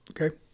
Okay